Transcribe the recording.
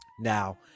now